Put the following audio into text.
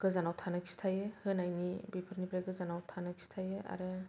गोजानाव थानो खिथायो होनायनि बेफोरनिफ्राय गोजानाव थानो खिथायो आरो